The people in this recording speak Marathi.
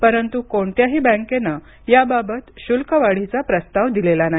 परंतु कोणत्याही बँकेनं याबाबत शुल्क वाढीचा प्रस्ताव दिलेला नाही